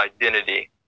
identity